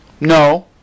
No